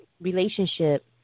relationship